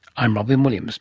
i'm robyn williams